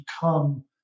become